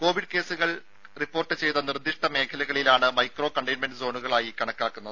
Covid കേസുകൾ report ചെയ്ത നിർദിഷ്ട മേഖലകളാണ് മൈക്രോ കണ്ടെയ്ൻമെന്റ് സോണുകളായി കണക്കാക്കുന്നത്